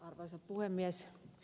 arvoisa puhemies